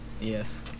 yes